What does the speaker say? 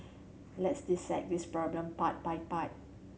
let's dissect this problem part by part